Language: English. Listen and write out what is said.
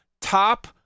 top